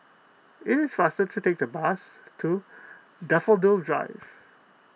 it is faster to take the bus to Daffodil Drive